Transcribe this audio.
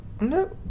No